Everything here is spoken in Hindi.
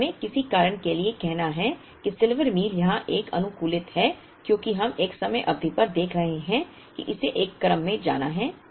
और हमें किसी कारण के लिए कहना है कि सिल्वर मील यहाँ तक अनुकूलित है क्योंकि हम एक समय अवधि पर देख रहे हैं कि इसे एक क्रम में जाना है